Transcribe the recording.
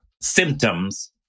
symptoms